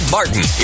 Martin